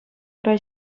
ура